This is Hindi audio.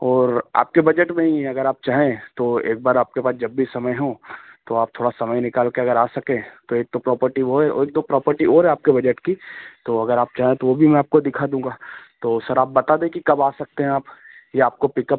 और आपके बजट में ही है अगर आप चाहें तो एक बार आपके पास जब भी समय हो तो आप थोड़ा समय निकाल कर अगर आ सकें तो एक तो प्रॉपर्टी वह है और एक दो प्रॉपर्टी और है आपके बजट की तो अगर आप चाहें तो वह भी मैं आपको दिखा दूँगा तो सर आप बता दें कि कब आ सकते हैं आप या आपको पिक अप